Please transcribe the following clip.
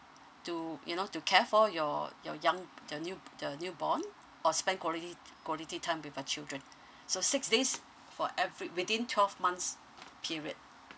to you know to care for your your young the new~ the newborn or spend quality t~ quality time with the children so six days for every within twelve months period